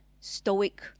stoic